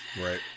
Right